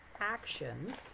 actions